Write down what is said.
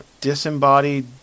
Disembodied